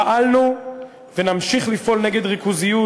פעלנו ונמשיך לפעול נגד ריכוזיות,